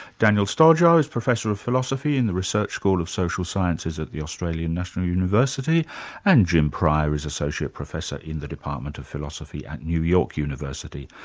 daniel stoljar is professor of philosophy in the research school of social sciences at the australian national university and jim pryor is associate professor in the department of philosophy at new york university.